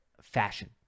fashion